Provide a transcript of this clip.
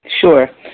Sure